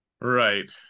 Right